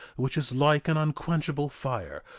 which is like an unquenchable fire,